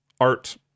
art